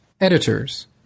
editors